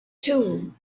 two